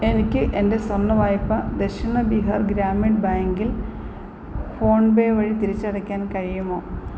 എനിക്ക് എന്റെ സ്വർണ്ണ വായ്പ ദക്ഷിണ ബീഹാർ ഗ്രാമീൺ ബേങ്കിൽ ഫോൺപേ വഴി തിരിച്ചടയ്ക്കാൻ കഴിയുമോ